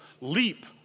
leap